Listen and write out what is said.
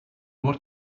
what